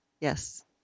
Yes